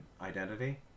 identity